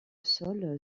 sol